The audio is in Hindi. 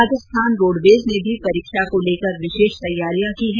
राजस्थान रोडवेज ने भी परीक्षा को लेकर विशेष तैयारियां की हैं